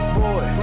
boy